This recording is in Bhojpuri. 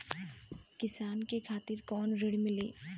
किसान के खातिर कौन ऋण मिली?